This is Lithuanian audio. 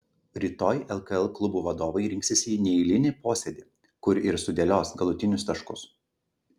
rytoj lkl klubų vadovai rinksis į neeilinį posėdį kur ir sudėlios galutinius taškus